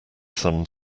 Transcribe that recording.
some